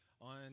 on